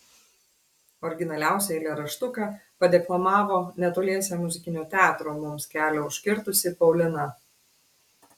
originaliausią eilėraštuką padeklamavo netoliese muzikinio teatro mums kelią užkirtusi paulina